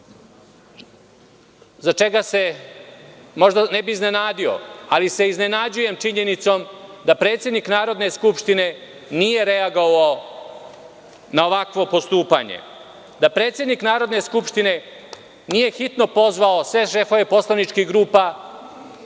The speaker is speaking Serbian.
za čega se možda ne bih iznenadio, ali se iznenađujem činjenicom da predsednik Narodne skupštine nije reagovao na ovakvo postupanje, da predsednik Narodne skupštine nije hitno pozvao sve šefove poslaničkih grupa,